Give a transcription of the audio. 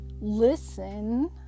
Listen